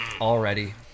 already